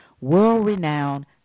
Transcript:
world-renowned